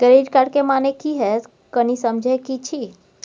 Credit card के माने की हैं, कनी समझे कि छि?